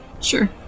Sure